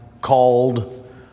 called